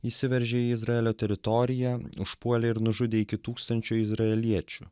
įsiveržė į izraelio teritoriją užpuolė ir nužudė iki tūkstančio izraeliečių